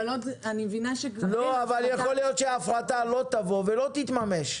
יכול להיות שההפרטה לא תבוא ולא תתממש.